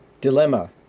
dilemma